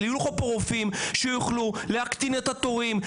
יהיו לך פה רופאים שיוכלו להקטין את התורים,